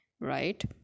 right